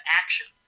action